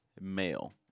Male